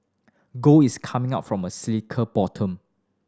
gold is coming up from a cyclical bottom